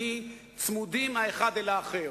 אנחנו מאוד מודים לך על העדכון.